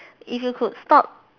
if you could stop